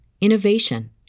innovation